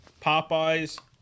Popeyes